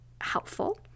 helpful